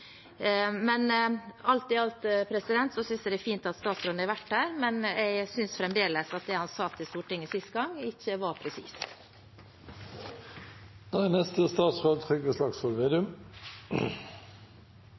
Men alt i alt: Jeg synes det er fint at statsråden har vært her, men jeg synes fremdeles at det han sa til Stortinget sist gang, ikke var presist. Det som er